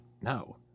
no